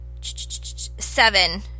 seven